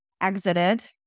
exited